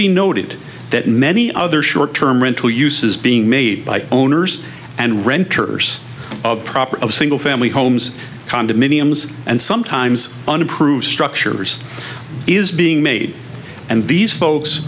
be noted that many other short term rental use is being made by owners and renters of proper of single family homes condominiums and sometimes unapproved structures is being made and these folks